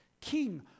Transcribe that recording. king